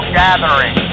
gathering